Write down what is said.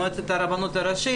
מועצת הרבנות הראשית.